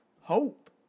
Hope